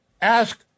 ask